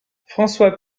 françois